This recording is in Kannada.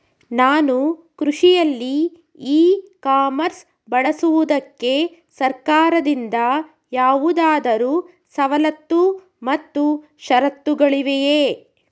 ನಾನು ಕೃಷಿಯಲ್ಲಿ ಇ ಕಾಮರ್ಸ್ ಬಳಸುವುದಕ್ಕೆ ಸರ್ಕಾರದಿಂದ ಯಾವುದಾದರು ಸವಲತ್ತು ಮತ್ತು ಷರತ್ತುಗಳಿವೆಯೇ?